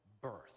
birth